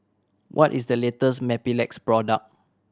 what is the latest Mepilex product